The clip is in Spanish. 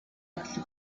alto